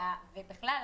ובכלל,